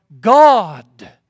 God